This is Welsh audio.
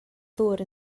ddŵr